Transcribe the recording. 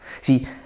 See